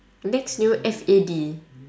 next new F A D